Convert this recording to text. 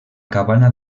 cabana